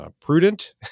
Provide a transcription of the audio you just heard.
Prudent